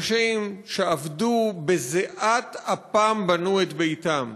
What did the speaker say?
אנשים שעבדו ובזיעת אפם בנו את ביתם,